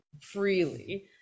freely